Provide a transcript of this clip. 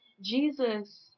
Jesus